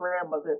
grandmother